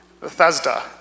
Bethesda